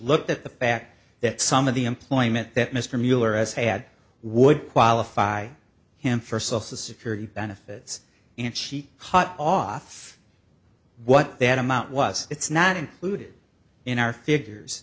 looked at the fact that some of the employment that mr mueller has had would qualify him for social security benefits and she hot off what that amount was it's not included in our figures